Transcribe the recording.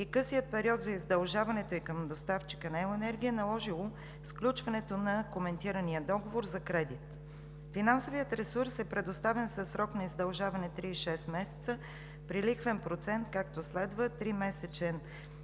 късият период за издължаването им към доставчика на електрическа енергия е наложило сключването на коментирания договор за кредит. Финансовият ресурс е предоставен със срок на издължаване 36 месеца при лихвен процент, както следва: 3-месечен EURIBOR